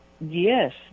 Yes